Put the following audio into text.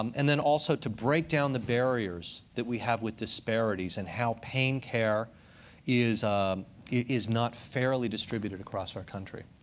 um and then also to break down the barriers that we have with disparities, and how pain care is is not fairly distributed across our country.